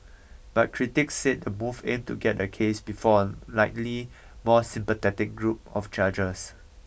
but critics said the move aimed to get the case before a likely more sympathetic group of judges